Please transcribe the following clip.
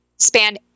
Span